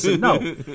No